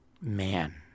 man